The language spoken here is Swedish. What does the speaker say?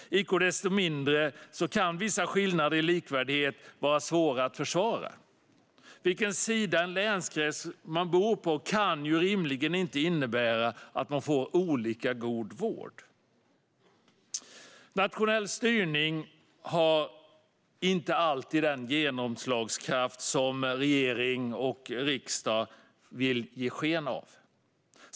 Icke desto mindre kan vissa skillnader i likvärdighet vara svåra att försvara. På vilken sida om en länsgräns man bor kan inte rimligen avgöra hur god vård man får. Nationell styrning har inte alltid den genomslagskraft som regering och riksdag vill ge sken av.